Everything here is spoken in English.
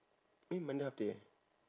eh monday half day